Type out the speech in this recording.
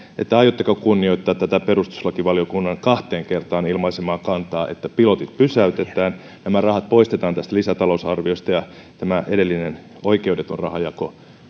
siitä aiotteko kunnioittaa tätä perustuslakivaliokunnan kahteen kertaan ilmaisemaa kantaa että pilotit pysäytetään nämä rahat poistetaan tästä lisätalousarviosta ja edellinen oikeudeton rahanjako